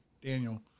Daniel